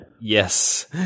Yes